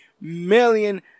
million